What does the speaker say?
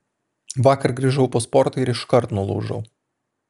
vakar grįžau po sporto ir iškart nulūžau